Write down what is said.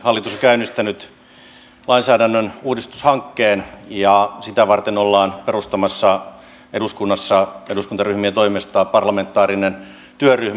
hallitus on käynnistänyt lainsäädännön uudistushankkeen ja sitä varten ollaan perustamassa eduskunnassa eduskuntaryhmien toimesta parlamentaarinen työryhmä